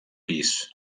pis